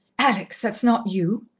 alex, that's not you?